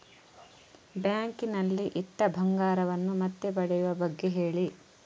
bank ನಲ್ಲಿ ಇಟ್ಟ ಬಂಗಾರವನ್ನು ಮತ್ತೆ ಪಡೆಯುವ ಬಗ್ಗೆ ಹೇಳಿ